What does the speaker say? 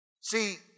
See